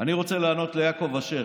אני רוצה לענות לחבר הכנסת יעקב אשר.